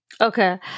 Okay